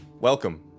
welcome